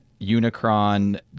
Unicron